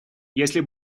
если